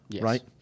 Right